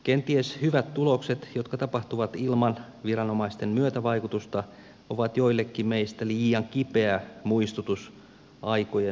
kenties hyvät tulokset jotka tapahtuvat ilman viranomaisten myötävaikutusta ovat joillekin meistä liian kipeä muistutus aikojen muuttumisesta